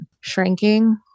shrinking